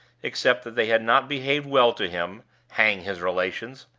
except that they had not behaved well to him hang his relations!